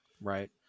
right